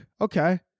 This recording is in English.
Okay